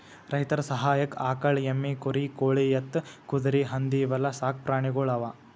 ರೈತರ್ ಸಹಾಯಕ್ಕ್ ಆಕಳ್, ಎಮ್ಮಿ, ಕುರಿ, ಕೋಳಿ, ಎತ್ತ್, ಕುದರಿ, ಹಂದಿ ಇವೆಲ್ಲಾ ಸಾಕ್ ಪ್ರಾಣಿಗೊಳ್ ಅವಾ